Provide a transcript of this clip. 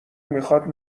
میخاد